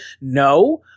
No